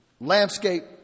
landscape